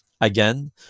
again